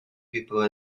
people